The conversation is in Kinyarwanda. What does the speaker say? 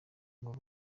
ngo